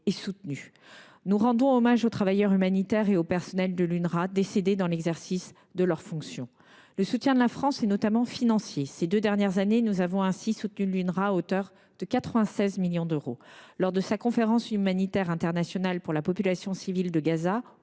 et soutenu. Nous rendons hommage aux travailleurs humanitaires et aux personnels de l’UNRWA décédés dans l’exercice de leurs fonctions. Le soutien de la France est notamment financier. Ces deux dernières années, nous avons ainsi soutenu l’UNRWA à hauteur de 96 millions d’euros. Lors de la conférence humanitaire internationale pour la population civile de Gaza,